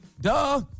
Duh